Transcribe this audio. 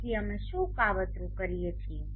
તેથી અમે શું કાવતરું કરીએ છીએ